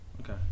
okay